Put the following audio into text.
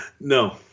No